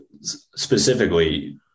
specifically